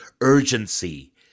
urgency